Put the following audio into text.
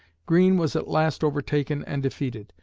greene was at last overtaken and defeated,